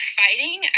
fighting